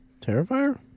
Terrifier